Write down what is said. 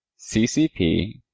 CCP